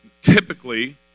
typically